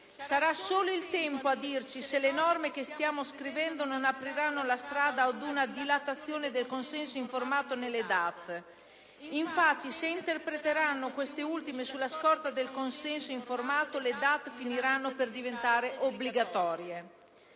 Sarà solo il tempo a dirci se le norme che stiamo scrivendo non apriranno la strada ad una dilatazione del consenso informato nelle DAT. Infatti, se si interpreteranno queste ultime sulla scorta del consenso informato, le DAT finiranno per diventare obbligatorie.